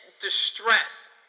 distress